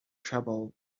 trouble